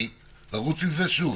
לרוץ עם זה שוב,